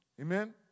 Amen